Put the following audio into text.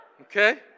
Okay